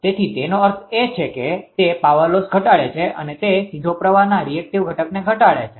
તેથી તેનો અર્થ એ છે કે તે પાવર લોસ ઘટાડે છે અને તે સીધો પ્રવાહના રીએક્ટીવ ઘટકને ઘટાડે છે